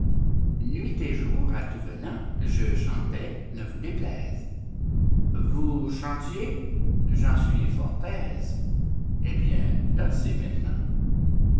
nuit et jour à tout venant je chantais ne vous déplaise vous chantiez j'en suis fort aise eh bien dansez maintenant